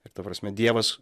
ir ta prasme dievas